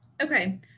Okay